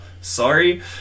Sorry